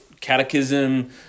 catechism